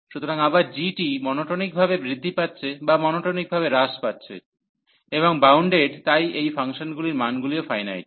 সুতরাং আবার g টি মনোটোনিকভাবে বৃদ্ধি পাচ্ছে বা মনোটোনিকভাবে হ্রাস পাচ্ছে এবং বাউন্ডেড তাই এই ফাংশনগুলির মানগুলিও ফাইনাইট